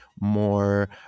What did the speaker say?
more